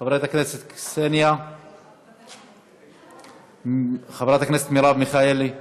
חברת הכנסת קסניה סבטלובה; חברת הכנסת מרב מיכאלי,